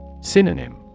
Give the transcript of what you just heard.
Synonym